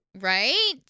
Right